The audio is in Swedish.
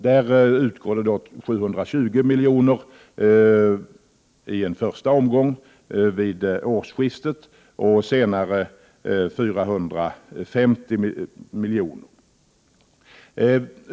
Det utgår 720 milj.kr. i en första omgång vid årsskiftet, och senare tillkommer 450 milj.kr.